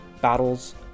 battles